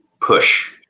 Push